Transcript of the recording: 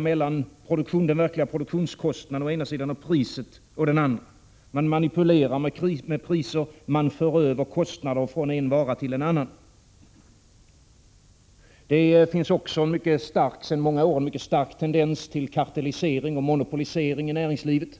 mellan de verkliga 8 april 1987 produktionskostnaderna å ena sidan och priset å den andra. Man manipulerar med priser, och man för över kostnader från en vara till en annan. Det finns också sedan många år tillbaka en mycket stark tendens till kartellisering och monopolisering i näringslivet.